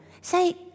Say